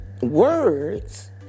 words